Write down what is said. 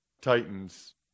Titans